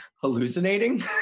hallucinating